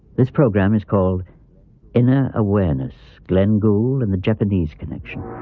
this program is called inner awareness glenn gould and the japanese connection.